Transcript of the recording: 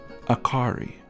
Akari